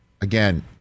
Again